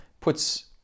puts